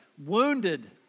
wounded